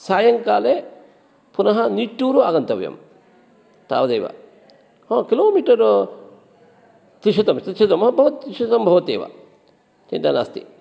सायं काले पुनः निट्टूरु आगन्तव्यं तावदेव किलो मीटर् त्रिशतं त्रिशतं भवतु त्रिशतं भवतु एव चिन्ता नास्ति